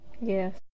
Yes